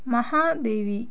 Mahadevi